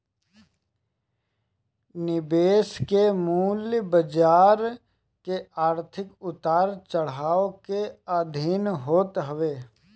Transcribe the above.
निवेश के मूल्य बाजार के आर्थिक उतार चढ़ाव के अधीन होत हवे